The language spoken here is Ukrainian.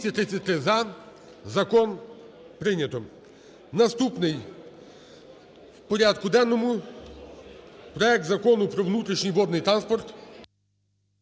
За-233 Закон прийнято. Наступний в порядку денному проект Закону про внутрішній водний транспорт